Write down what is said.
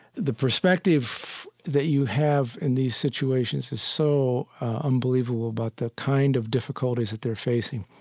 the perspective that you have in these situations is so unbelievable about the kind of difficulties that they're facing.